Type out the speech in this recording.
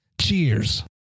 Cheers